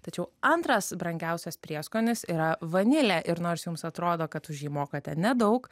tačiau antras brangiausias prieskonis yra vanilė ir nors jums atrodo kad už jį mokate nedaug